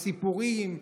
בסיפורים,